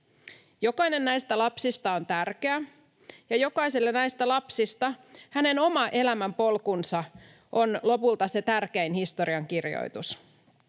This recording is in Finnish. Jokainen näistä lapsista on tärkeä, ja jokaiselle näistä lapsista oma elämänpolku on lopulta se tärkein historiankirjoitus.